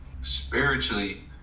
Spiritually